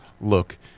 look